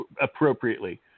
appropriately